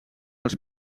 els